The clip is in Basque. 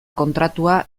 kontratua